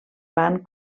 van